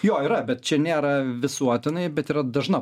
jo yra bet čia nėra visuotinai bet yra dažna